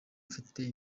mfite